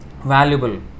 Valuable